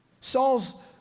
Saul's